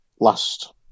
last